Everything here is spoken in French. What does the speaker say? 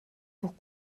pour